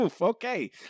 okay